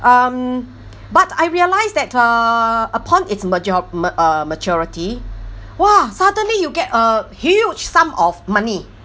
um but I realise that uh upon its matur~ ma~ uh maturity !wah! suddenly you get a huge sum of money